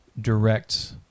direct